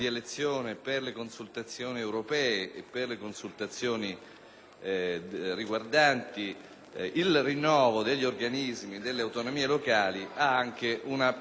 riguardanti il rinnovo degli organismi delle autonomie locali abbia anche una specifica rilevanza politica e civile.